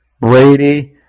Brady